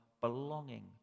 belonging